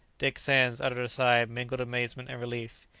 dick sands uttered a sigh of mingled amazement and relief.